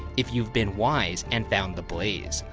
if you've been wise and found the blaze,